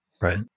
Right